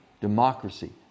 democracy